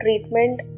treatment